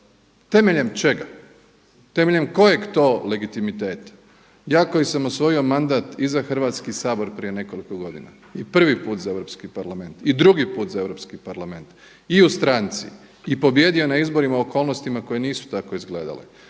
temeljem čega, temeljem kojeg to legitimiteta? Ja koji sam osvojio mandat i za Hrvatski sabor prije nekoliko godina i prvi put za Europski parlament i drugi put za Europski parlament i u stranci i pobijedio na izborima u okolnostima koje nisu tako izgledale.